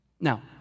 Now